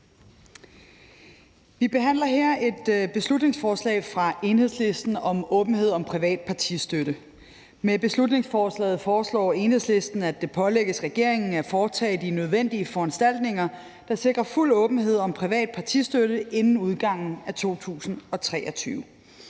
Vi behandler her et beslutningsforslag fra Enhedslisten om åbenhed om privat partistøtte. Med beslutningsforslaget foreslår Enhedslisten, at det pålægges regeringen at foretage de nødvendige foranstaltninger, der sikrer fuld åbenhed om privat partistøtte inden udgangen af 2023.